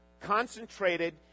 Concentrated